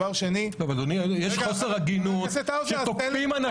אבל, אדוני, יש חוסר הגינות, שתוקפים אנשים